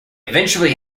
eventually